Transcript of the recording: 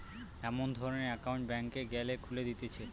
এমন ধরণের একউন্ট ব্যাংকে গ্যালে খুলে দিতেছে